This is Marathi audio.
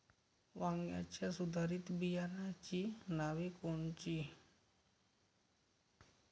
वांग्याच्या सुधारित बियाणांची नावे कोनची?